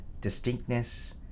distinctness